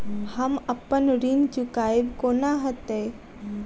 हम अप्पन ऋण चुकाइब कोना हैतय?